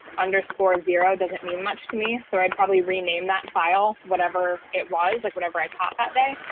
underscore zero doesn't mean much to me. so i'd probably rename that file, whatever it was, like whatever i taught that day,